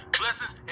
blessings